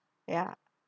ya